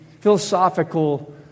philosophical